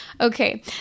Okay